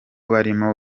barimo